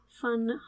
fun